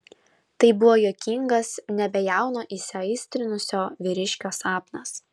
tai buvo juokingas nebejauno įsiaistrinusio vyriškio sapnas